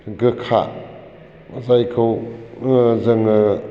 गोखा जायखौ जोङो